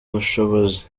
ubushobozi